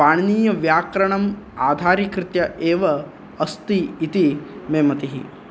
पाणिनीयव्याकरणम् आधारीकृत्य एव अस्ति इति मे मतिः